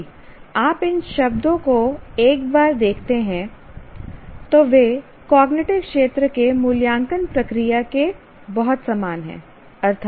यदि आप इन शब्दों को एक बार देखते हैं तो वे कॉग्निटिव क्षेत्र के मूल्यांकन प्रक्रिया के बहुत समान हैं